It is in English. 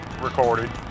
recorded